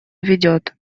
ведет